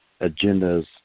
agendas